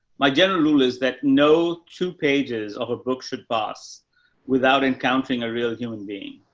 my general rule is that no two pages of a book should pass without encountering a real human being.